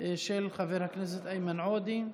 של חבר הכנסת איימן עודה.